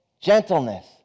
gentleness